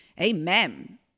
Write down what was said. Amen